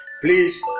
please